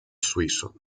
suizo